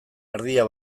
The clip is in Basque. erdia